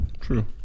True